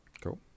Cool